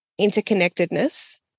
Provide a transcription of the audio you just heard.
interconnectedness